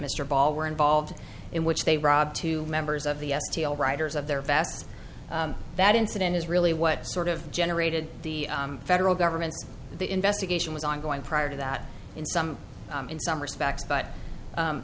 mr ball were involved in which they robbed two members of the s t l writers of their vast that incident is really what sort of generated the federal government the investigation was ongoing prior to that in some in some respects but